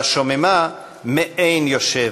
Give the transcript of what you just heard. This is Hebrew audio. והשוממה מאין יושב".